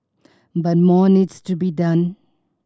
but more needs to be done